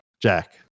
Jack